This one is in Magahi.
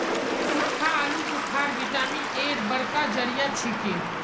सुक्खा आलू बुखारा विटामिन एर बड़का जरिया छिके